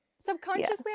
Subconsciously